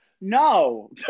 No